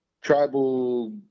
tribal